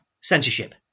censorship